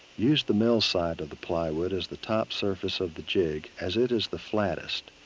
use the mill side of the plywood as the top surface of the jig as it is the flattest.